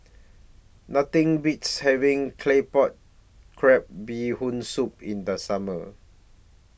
Nothing Beats having Claypot Crab Bee Hoon Soup in The Summer